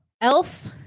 Elf